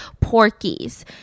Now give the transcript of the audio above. Porkies